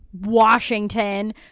Washington